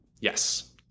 Yes